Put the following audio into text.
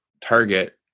target